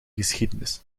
geschiedenis